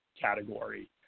category